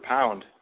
Pound